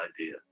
idea